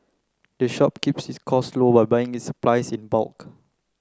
the shop keeps its costs low by buying its supplies in bulk